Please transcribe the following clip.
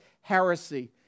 heresy